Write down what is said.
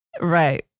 right